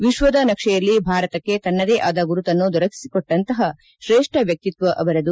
ವಿಶ್ಲದ ನಕ್ಷೆಯಲ್ಲಿ ಭಾರತಕ್ಕೆ ತನ್ನದೇ ಆದ ಗುರುತನ್ನು ದೊರಕಿಸಿಕೊಟ್ಟಂತಹ ಶ್ರೇಷ್ಠ ವ್ಯಕ್ತಿತ್ವ ಅವರದು